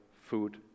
food